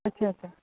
अच्छा अच्छा